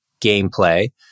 gameplay